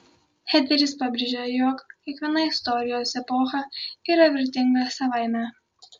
hederis pabrėžė jog kiekviena istorijos epocha yra vertinga savaime